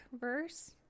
verse